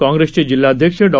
काँग्रेसचे जिल्हाध्यक्ष डॉ